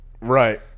Right